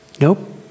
Nope